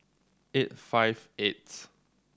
eight five eighth